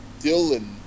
Dylan